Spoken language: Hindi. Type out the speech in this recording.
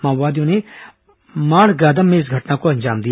माओवादियों ने माडगादम में इस घटना को अंजाम दिया